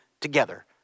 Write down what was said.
together